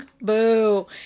Boo